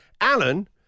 Alan